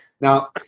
Now